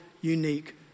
unique